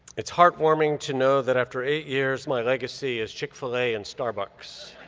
it's heartwarming to know that after eight years, my legacy is chick-fil-a and starbucks.